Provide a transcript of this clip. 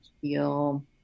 feel